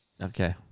Okay